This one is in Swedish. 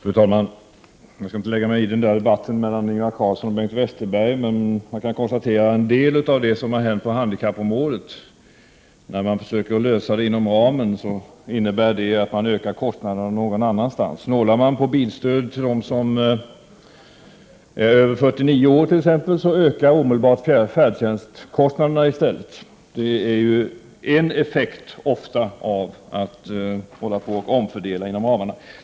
Fru talman! Jag skall inte lägga mig i debatten mellan Ingvar Carlsson och Bengt Westerberg, men jag kan konstatera att då man försöker lösa en del av problemen på handikappområdet inom befintliga ekonomiska ramar har detta inneburit att man ökar kostnaderna någon annanstans. Snålar man på bilstödet till dem som är över 49 år ökar omedelbart färdtjänstkostnaderna i stället. Detta är ju ofta en effekt man får då man omfördelar inom ramen.